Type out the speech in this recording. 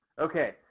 okay